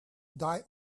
die